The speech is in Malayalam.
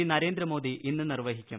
മോദി നര്യേന്ദ്ര മോദി ഇന്ന് നിർവ്വഹിക്കും